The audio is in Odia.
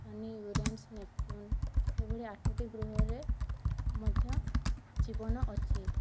ଶନି ୟୁରେନ୍ସ ନେପ୍ଚ୍ୟୁନ୍ ସେଭଳି ଆଠଟି ଗ୍ରହରେ ମଧ୍ୟ ଜୀବନ ଅଛି